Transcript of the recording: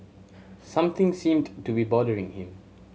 something seemed to be bothering him